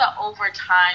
overtime